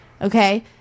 Okay